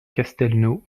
castelnau